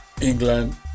England